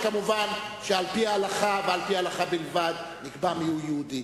על-פי ההלכה ועל-פי ההלכה בלבד נקבע מיהו יהודי.